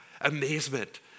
amazement